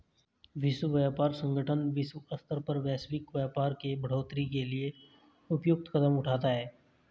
विश्व व्यापार संगठन विश्व स्तर पर वैश्विक व्यापार के बढ़ोतरी के लिए उपयुक्त कदम उठाता है